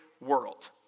world